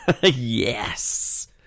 Yes